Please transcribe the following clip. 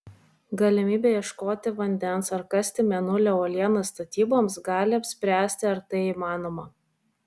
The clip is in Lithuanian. galimybė ieškoti vandens ar kasti mėnulio uolienas statyboms gali apspręsti ar tai įmanoma